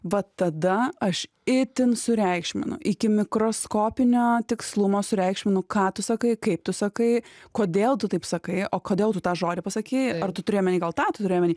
va tada aš itin sureikšminu iki mikroskopinio tikslumo sureikšminu ką tu sakai kaip tu sakai kodėl tu taip sakai o kodėl tu tą žodį pasakei ar tu turi omeny gal tą tu turi omeny